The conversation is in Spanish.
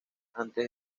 antes